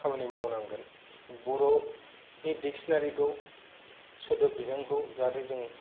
खामानि मावनांगोन बर'नि दिक्चनारिखौ सोदोब बिहुंखौ जाहाथे जों